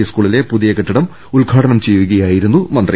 P സ്കൂളിലെ പുതിയ കെട്ടിടം ഉദ്ഘാടനം ചെയ്യുക യായിരുന്നു മന്ത്രി